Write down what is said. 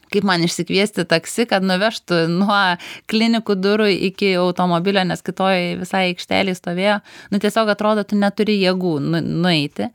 kaip man išsikviesti taksi kad nuvežtų nuo klinikų durų iki automobilio nes kitoj visai aikštėj stovėjo nu tiesiog atrodo tu neturi jėgų nu nueiti